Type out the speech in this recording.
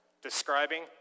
describing